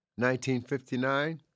1959